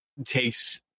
takes